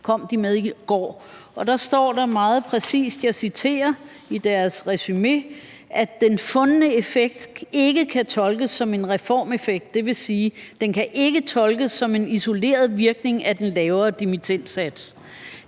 kom de med i går – og der står meget præcist, og jeg citerer fra deres resumé: »... at den fundne effekt ikke kan tolkes som en reformeffekt (dvs. ikke kan tolkes som en isoleret virkning af den lavere dimittendsats)